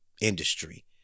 industry